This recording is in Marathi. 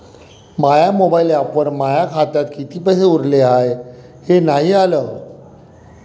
माया मोबाईल ॲपवर माया खात्यात किती पैसे उरले हाय हे नाही आलं